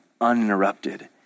uninterrupted